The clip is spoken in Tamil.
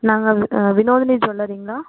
நாங்கள் வினோதினி ஜுவல்லரிங்களா